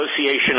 Association